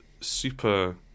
super